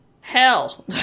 hell